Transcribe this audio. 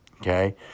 Okay